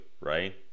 right